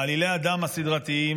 מעלילי הדם הסדרתיים,